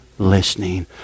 listening